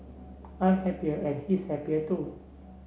I'm happier and he's happier too